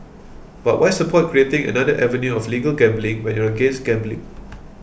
but why support creating another avenue of legal gambling when you against gambling